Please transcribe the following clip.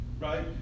right